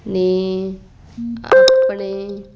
ਨੇ ਆਪਣੇ